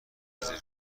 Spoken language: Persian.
رزرو